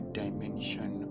dimension